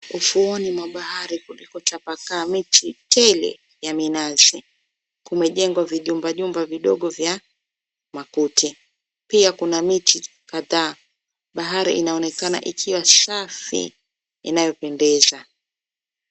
Ufuoni mwa bahari ulipotapakaa miti tele ya minazi kumejengwa vijumba jumba vidogo vya makuti. Pia kuna miti kadhaa. Bahari inaonekana ikiwa safi inayopendeza.